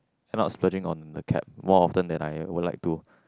end up splurging on the cab more often than I would like to